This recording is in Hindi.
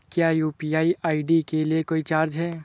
क्या यू.पी.आई आई.डी के लिए कोई चार्ज है?